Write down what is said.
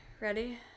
Ready